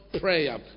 prayer